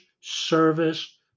service